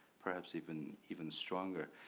perhaps even even stronger.